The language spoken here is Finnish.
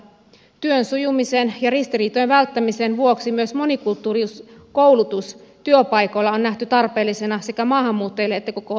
työn sujumisen ja ristiriitojen välttämisen vuoksi myös monikulttuurisuuskoulutus työpaikoilla on nähty tarpeellisena sekä maahanmuuttajille että koko työyhteisölle